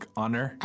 honor